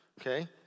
Okay